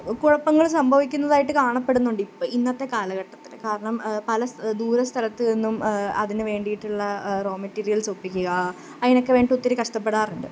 കുഴപ്പങ്ങൾ സംഭവിക്കുന്നതായിട്ട് കാണപ്പെടുന്നുണ്ട് ഇപ്പം ഇന്നത്തെ കാലഘട്ടത്തിൽ കാരണം പല ദൂര സ്ഥലത്ത് നിന്നും അതിനുവേണ്ടിയിട്ടുള്ള റോ മെറ്റീരിയൽസൊപ്പിക്കുക അതിനൊക്കെ വേണ്ടിയിട്ടൊത്തിരി കഷ്ടപ്പെടാറുണ്ട്